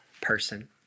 person